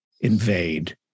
invade